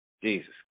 Jesus